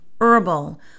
herbal